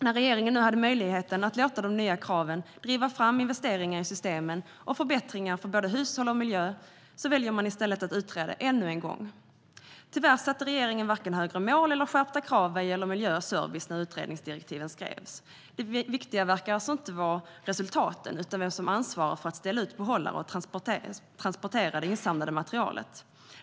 När regeringen nu har möjligheten att låta de nya kraven driva fram investeringar i system och förbättringar för både hushåll och miljö väljer man i stället att utreda ännu en gång. Tyvärr satte regeringen varken högre mål eller skärpta krav vad gäller miljö och service när utredningsdirektiven skrevs. Det viktiga verkar alltså inte vara resultaten utan vem som ansvarar för att ställa ut behållare och för transporter av det insamlade materialet.